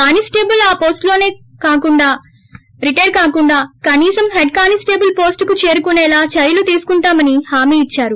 constable ఆ పోస్టులోసే retire కాకుండా కనీసం హెడ్ కానిస్లేబుల్ పోస్టుకు చేరుకునేలా చర్యలు తీసుకుంటామని హామీ ఇద్చారు